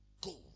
Go